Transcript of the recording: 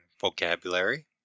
vocabulary